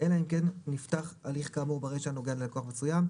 אלא אם כן נפתח הליך כאמור ברישה הנוגע ללקוח מסוים,